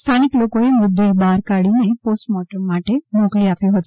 સ્થાનિક લોકોએ મૃતદેહ બહાર કતાઢી પોસ્ટમોર્ટમ માટે મોકલી આપ્યો છે